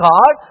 God